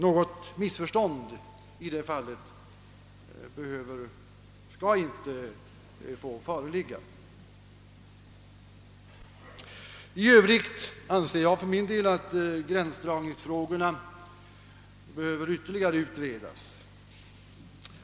Någon möjlighet till missförstånd i detta fall får inte föreligga. I övrigt anser jag att gränsdragningsfrågorna bör ytterligare utredas.